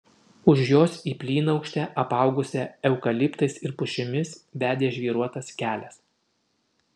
už jos į plynaukštę apaugusią eukaliptais ir pušimis vedė žvyruotas kelias